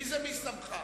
מה זה "מי שמך"?